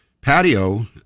patio